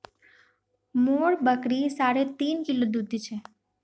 मोर बकरी साढ़े तीन किलो दूध दी छेक